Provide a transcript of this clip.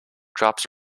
drops